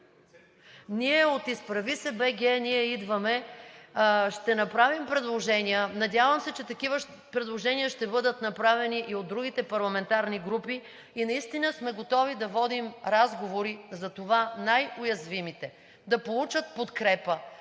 Ние от „Изправи се БГ! Ние идваме!“ ще направим предложения. Надявам се, че такива предложения ще бъдат направени и от другите парламентарни групи и наистина сме готови да водим разговори за това най-уязвимите да получат подкрепа